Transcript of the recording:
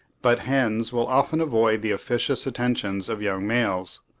but hens will often avoid the officious attentions of young males.